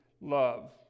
love